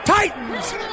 Titans